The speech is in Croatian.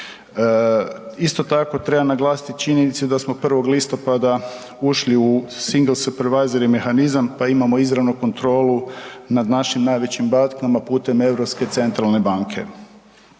Isto tako treba naglasiti činjenice da smo 1. listopada ušli u …/Govornik se ne razumije/…mehanizam, pa imamo izravno kontrolu nad našim najvećim bankama putem Europske centralne banke.